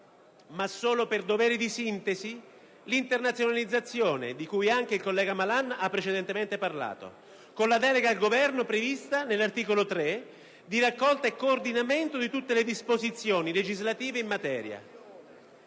ma solo per dovere di sintesi, l'internazionalizzazione - di cui anche il collega Malan ha precedentemente parlato - con la delega al Governo, prevista nell'articolo 3, relativa alla raccolta e al coordinamento di tutte le disposizioni legislative in materia.